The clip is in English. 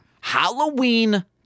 Halloween